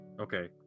Okay